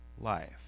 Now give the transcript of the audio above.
life